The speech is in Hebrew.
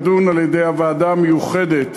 היא לדון על-ידי הוועדה המיוחדת,